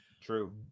True